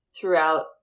throughout